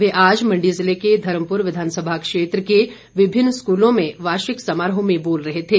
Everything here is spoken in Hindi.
वे आज मंडी जिले के धर्मपुर विधानसभा क्षेत्र के विभिन्न स्कूलों में वार्षिक समारोह में बोल रहे थे